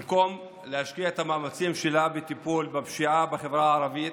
במקום להשקיע את המאמצים שלה בטיפול בפשיעה בחברה הערבית,